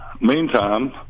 meantime